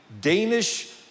danish